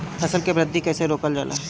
फसल के वृद्धि कइसे रोकल जाला?